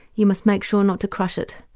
you must make sure not to crush it.